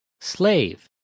slave